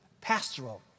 pastoral